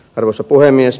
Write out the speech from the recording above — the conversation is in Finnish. arvoisa puhemies